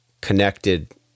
connected